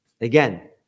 again